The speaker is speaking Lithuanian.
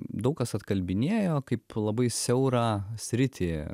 daug kas atkalbinėjo kaip labai siaurą sritį